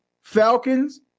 Falcons